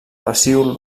pecíol